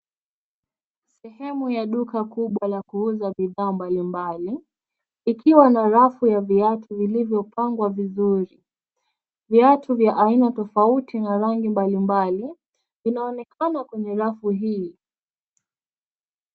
Sehemu ya duka kubwa la kuuza bidhaa mbalimbali, ikiwa na rafu ya viatu vilivyopangwa vizuri. Viatu vya aina tofauti na rangi mbalimbali, vinaonekana kwenye rafu hii.